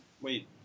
Wait